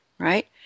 Right